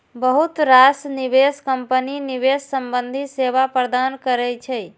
बहुत रास निवेश कंपनी निवेश संबंधी सेवा प्रदान करै छै